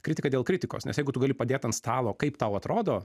kritika dėl kritikos nes jeigu tu gali padėt ant stalo kaip tau atrodo